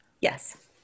Yes